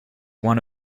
one